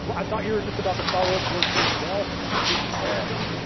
but i thought you were just about the follow up george p. burdell, it didn't happen.